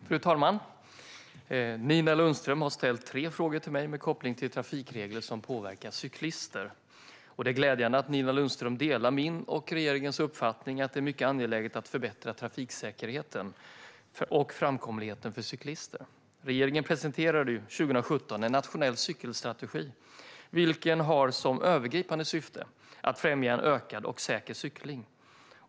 Fru talman! Nina Lundström har ställt tre frågor till mig med koppling till trafikregler som påverkar cyklister. Det är glädjande att Nina Lundström delar min och regeringens uppfattning att det är mycket angeläget att förbättra trafiksäkerheten och framkomligheten för cyklister. Regeringen presenterade 2017 en nationell cykelstrategi, vilken har som övergripande syfte att främja en ökad och säker cykling.